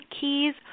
keys